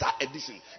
edition